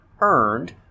earned